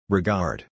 Regard